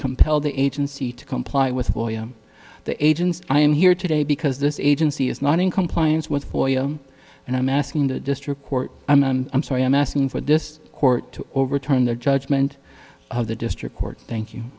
compel the agency to comply with william the agency i am here today because this is agency is not in compliance with for and i'm asking the district court and i'm sorry i'm asking for this court to overturn their judgment of the district court thank you